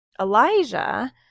Elijah